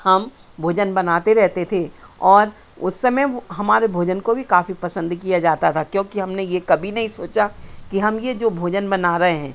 हम भोजन बनाते रहते थे और उस समय हमारे भोजन को भी काफ़ी पसंद किया जाता था क्योंकि हमने ये कभी नहीं सोचा कि हम ये जो भोजन बना रहे हैं